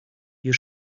you